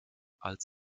als